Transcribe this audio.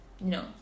no